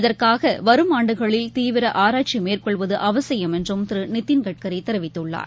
இதற்னகவரும் ஆண்டுகளில் தீவிரஆராய்ச்சிமேற்கொள்வதுஅவசியம் என்றும் திருநிதின் கட்கரிதெரிவித்துள்ளார்